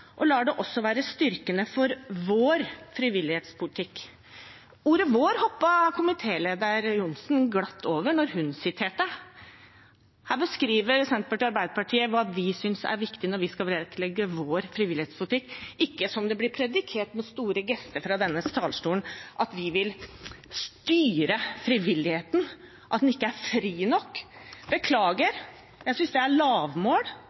og lar det også være styrende for vår frivillighetspolitikk.» Ordet «vår» hoppet komitélederen, Ørmen Johnsen, glatt over da hun siterte. Her beskriver vi i Senterpartiet og Arbeiderpartiet hva vi synes er viktig når vi skal vektlegge vår frivillighetspolitikk – ikke som det blir prediket med store gester fra denne talerstolen, at vi vil styre frivilligheten, at den ikke er fri nok. Beklager – jeg synes det er lavmål